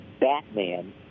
Batman